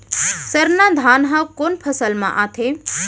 सरना धान ह कोन फसल में आथे?